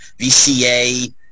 VCA